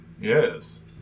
Yes